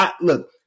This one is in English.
Look